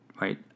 right